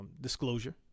disclosure